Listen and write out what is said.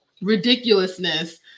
ridiculousness